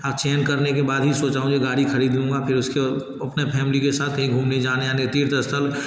और चयन करने के बाद ही सोच रहा हूँ कि गाड़ी खरीद लूँगा फिर उसके अपने फैमली के साथ कहीं घूमने जाने आने तीर्थ स्थल